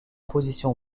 position